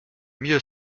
mieux